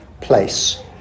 place